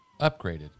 upgraded